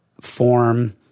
form